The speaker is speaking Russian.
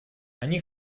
они